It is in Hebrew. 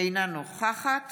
אינה נוכחת